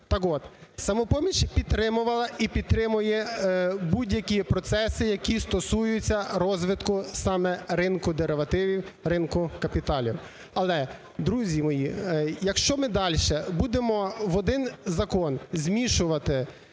Так от, "Самопоміч" підтримувала і підтримує будь-які процеси, які стосуються розвитку саме ринку деривативів, ринку капіталів. Але, друзі мої, якщо ми дальше будемо в один закон змішувати